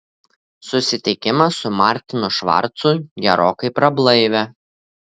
susitikimas su martinu švarcu gerokai prablaivė